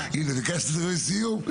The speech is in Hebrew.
הנה ביקשת ממני סיום,